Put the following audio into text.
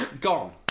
Gone